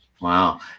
Wow